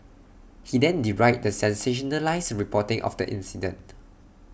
he then derided the sensationalised reporting of the incident